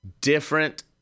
different